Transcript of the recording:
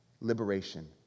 Liberation